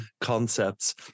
concepts